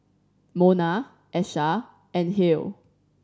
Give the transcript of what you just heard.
Monna Asha and Halle